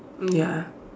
ya